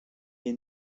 est